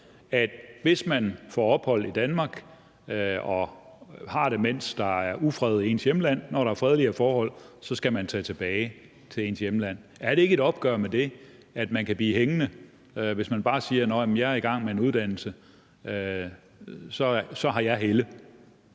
at hvis man får ophold i Danmark og har det, mens der er ufred i ens hjemland, skal man, når der er fredeligere forhold, tage tilbage til ens hjemland? Er det ikke et opgør med det, at man kan blive hængende, hvis man bare siger: Jamen jeg er i gang med en uddannelse, så jeg har